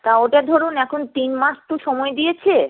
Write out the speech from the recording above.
তা ওটা ধরুন এখন তিন মাস তো সময় দিয়েছে